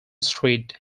street